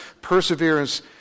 perseverance